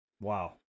Wow